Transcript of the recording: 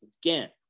again